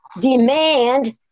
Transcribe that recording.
Demand